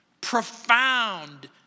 profound